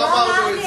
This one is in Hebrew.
לא אמרתי את זה.